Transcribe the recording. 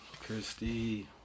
Christy